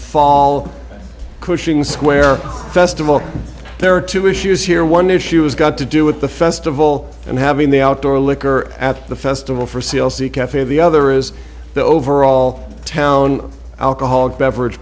fall cushing square festival there are two issues here one issue has got to do with the festival and having the outdoor liquor at the festival for c l c cafe the other is the overall town alcoholic beverage